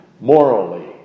morally